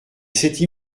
s’était